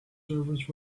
servers